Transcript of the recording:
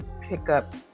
pickup